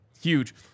Huge